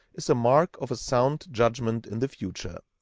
is a mark of a sound judgment in the future.